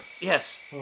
Yes